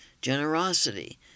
generosity